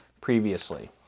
previously